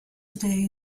today